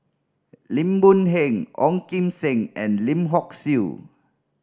Lim Boon Heng Ong Kim Seng and Lim Hock Siew